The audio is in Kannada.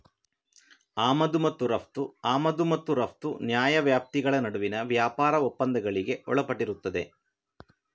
ಆಮದು ಮತ್ತು ರಫ್ತು ಆಮದು ಮತ್ತು ರಫ್ತು ನ್ಯಾಯವ್ಯಾಪ್ತಿಗಳ ನಡುವಿನ ವ್ಯಾಪಾರ ಒಪ್ಪಂದಗಳಿಗೆ ಒಳಪಟ್ಟಿರುತ್ತದೆ